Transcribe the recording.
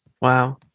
wow